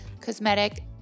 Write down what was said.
cosmetic